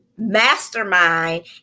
mastermind